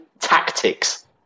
tactics